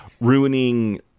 ruining